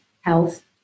health